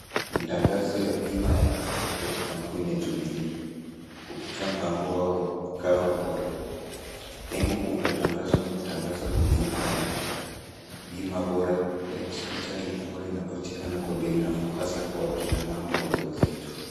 Ni tangazo ya bima ya afya kutoka kampuni ya Jubilee kupitia mpango wao wa CoverBora . Lengo kuu la tangazo ni kutangaza huduma ya bima bora ya hospitali ambayo inapatikana kwa bei nafuu hasa kwa akina mama wajawazito.